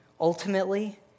ultimately